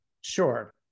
Sure